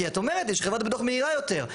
כי את אומרת יש חברת ביטוח מהירה יותר.